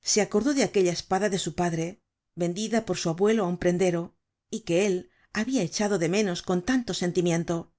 se acordó de aquella espada de su padre vendida por su abuelo á un prendero y que él habia echado de menos con tanto sentimiento